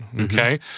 Okay